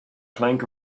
plank